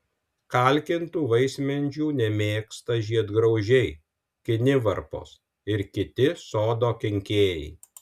kalkintų vaismedžių nemėgsta žiedgraužiai kinivarpos ir kiti sodo kenkėjai